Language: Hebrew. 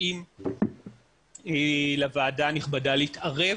קוראים לוועדה הנכבדה להתערב